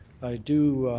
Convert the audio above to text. i do